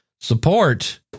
support